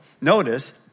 notice